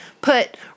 Put